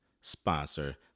sponsor